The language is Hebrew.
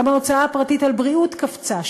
גם ההוצאה הפרטית על בריאות קפצה,